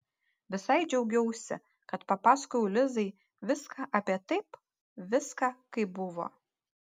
visai džiaugiausi kad papasakojau lizai viską apie taip viską kaip buvo